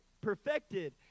perfected